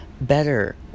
better